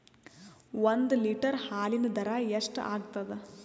ಒಂದ್ ಲೀಟರ್ ಹಾಲಿನ ದರ ಎಷ್ಟ್ ಆಗತದ?